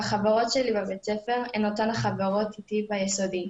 החברות שלי בבית הספר הן אותן החברות שהיו איתי ביסודי,